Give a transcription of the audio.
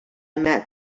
met